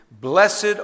blessed